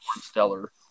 stellar